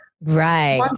Right